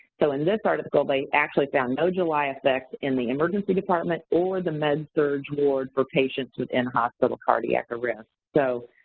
so in this article, they actually found no july effect in the emergency department or the med surg ward for patients with in-hospital cardiac arrest. so,